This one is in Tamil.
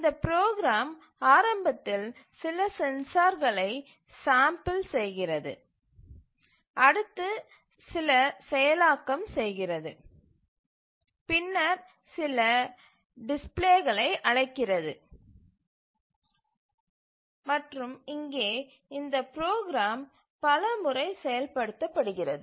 இந்த ப்ரோக்ராம் ஆரம்பத்தில் சில சென்சார்களை சாம்பில் செய்கிறது அடுத்து சில செயலாக்கம் செய்கிறது பின்னர் சில டிஸ்ப்ளேகளை அழைக்கிறது மற்றும் இங்கே இந்த ப்ரோக்ராம் பல முறை செயல்படுத்தப்படுகிறது